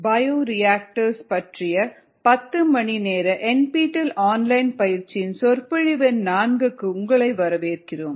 bioreactors பற்றிய 10 மணி நேர NPTEL ஆன்லைன் பயிற்சியின் சொற்பொழிவு எண் 4 க்கு உங்களை வரவேற்கிறோம்